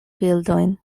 bildojn